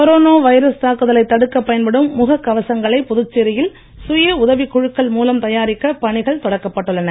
corona virus தாக்குதலைத் தடுக்கப் பயன்படும் முகக் கவசங்களை புதுச்சேரியில் சுயஉதவிக் குழுக்கள் மூலம் தயாரிக்க பணிகள் தொடக்கப் பட்டுள்ளன